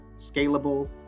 scalable